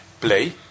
play